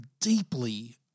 deeply